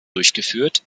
durchgeführt